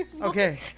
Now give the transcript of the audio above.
Okay